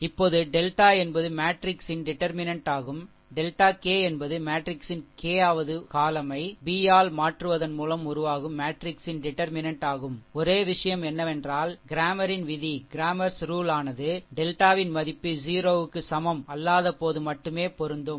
இப்போது டெல்டா என்பது மேட்ரிக்ஸ் இன் டிடர்மினென்ட் ஆகும் டெல்டா கே என்பது மேட்ரிக்ஸின் கே வது column யை பி ஆல் மாற்றுவதன் மூலம் உருவாகும் மேட்ரிக்ஸ் இன் டிடர்மினென்ட் ஆகும் ஒரே விஷயம் என்னவென்றால் க்ரேமரின் விதிCramer's ruleயானது டெல்டாவின் மதிப்பு 0 க்கு சமம் அல்லாதபோது மட்டுமே பொருந்தும்